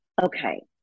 okay